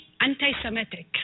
anti-Semitic